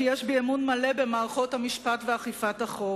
כי יש בי אמון מלא במערכות המשפט ואכיפת החוק.